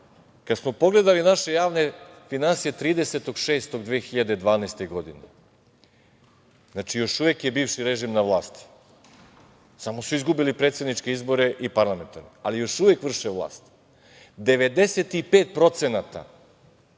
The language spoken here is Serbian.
Kada smo pogledali naše javne finansije 30. juna 2012. godine. Znači, još uvek je bivši režim na vlasti, samo su izgubili predsedničke izbore i parlamentarne, ali još uvek vrše vlast.